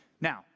Now